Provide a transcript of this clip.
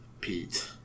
Pete